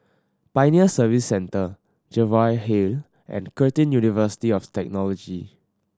Pioneer Service Centre Jervois Hill and Curtin University of Technology